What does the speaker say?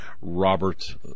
robert